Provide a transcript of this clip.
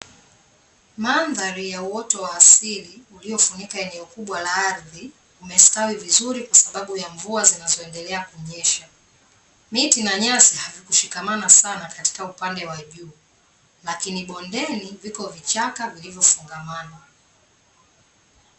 Mandhari ya uoto wa asili uliofunika eneo kubwa la ardhi, umestawi vizuri kwa sababu ya mvua zinazoendelea kunyesha. Miti na nyasi havikushikamana sana katika upande wa juu, lakini bondeni viko vichaka vilivyofungamana.